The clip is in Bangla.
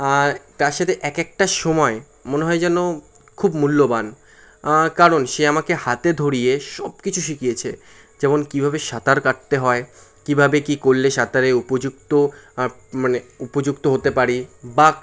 তার সাথে এক একটা সময় মনে হয় যেন খুব মূল্যবান কারণ সে আমাকে হাতে ধরিয়ে সব কিছু শিখিয়েছে যেমন কীভাবে সাঁতার কাটতে হয় কীভাবে কী করলে সাঁতারে উপযুক্ত মানে উপযুক্ত হতে পারি বা